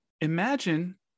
Imagine